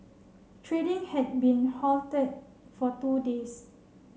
trading had been halted for two days